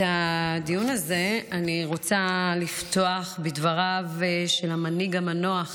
את הדיון הזה אני רוצה לפתוח בדבריו של המנהיג המנוח